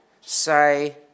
say